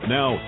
Now